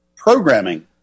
Programming